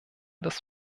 des